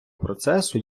процесу